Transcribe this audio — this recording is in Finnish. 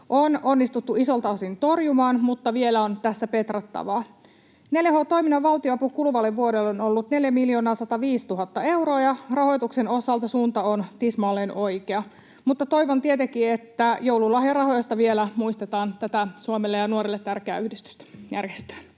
on onnistuttu isolta osin torjumaan, mutta vielä on tässä petrattavaa. 4H-toiminnan valtionapu kuluvalle vuodelle on ollut 4 105 000 euroa, ja rahoituksen osalta suunta on tismalleen oikea, mutta toivon tietenkin, että joululahjarahoista vielä muistetaan tätä Suomelle ja nuorille tärkeää yhdistystä, järjestöä.